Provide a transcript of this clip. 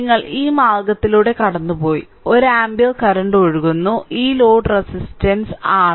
നിങ്ങൾ ഈ മാർഗ്ഗത്തിലൂടെ കടന്നുപോയി 1 ആമ്പിയർ കറന്റ് ഒഴുകുന്നു ഈ ലോഡ് റെസിസ്റ്റൻസ് RL